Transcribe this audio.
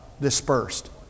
dispersed